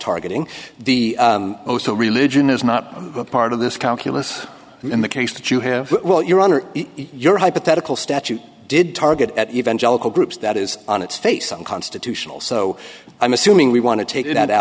targeting the religion is not part of this calculus and in the case that you have well your honor your hypothetical statute did target at evangelical groups that is on its face unconstitutional so i'm assuming we want to take it out